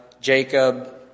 Jacob